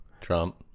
Trump